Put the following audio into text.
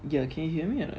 ya can you hear me a not